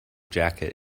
jacket